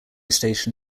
station